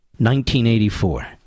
1984